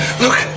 Look